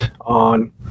on